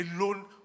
alone